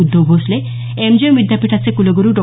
उध्दव भोसले एमजीएमविद्यापीठाचे कुलगुरु डॉ